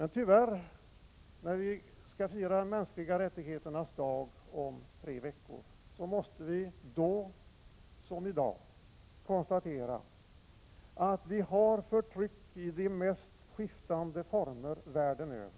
När vi skall fira de mänskliga rättigheternas dag om tre veckor måste vi, då som i dag, tyvärr konstatera att det förekommer förtryck i de mest skiftande former världen över.